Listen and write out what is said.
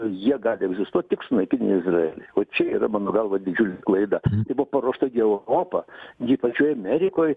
jie gali egzistuot tik sunaikinę izraelį o čia yra mano galva didžiulė klaida tai buvo paruošta gi europa gi pačioj amerikoj